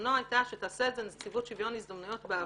בזמנו הייתה שתעשה את זה נציבות שוויון הזדמנויות בעבודה.